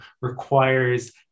requires